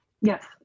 Yes